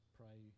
pray